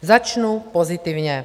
Začnu pozitivně.